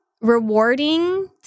rewarding